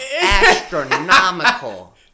astronomical